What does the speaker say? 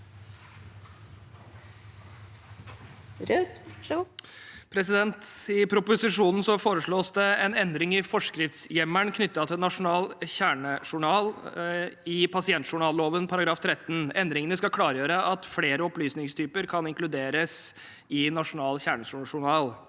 for saken): I proposisjonen foreslås det en endring i forskriftshjemmelen knyttet til nasjonal kjernejournal i pasientjournalloven § 13. Endringene skal klargjøre at flere opplysningstyper kan inkluderes i nasjonal kjernejournal.